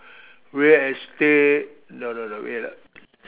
real estate no no no wait ah